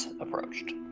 approached